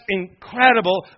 incredible